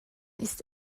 ist